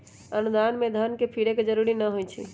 अनुदान में धन के फिरे के जरूरी न होइ छइ